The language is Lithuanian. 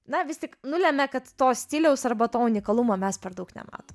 na vis tik nulemia kad to stiliaus arba to unikalumo mes per daug nematom